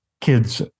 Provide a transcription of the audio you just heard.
kids